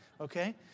okay